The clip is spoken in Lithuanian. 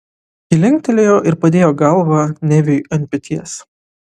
ji linktelėjo ir padėjo galvą neviui ant peties